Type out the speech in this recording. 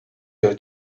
her